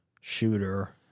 shooter